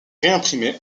réimprimé